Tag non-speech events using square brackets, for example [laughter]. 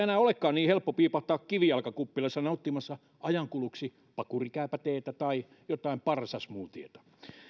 [unintelligible] enää olekaan niin helppo piipahtaa kivijalkakuppilassa nauttimassa ajankuluksi pakurikääpäteetä tai jotain parsasmoothieta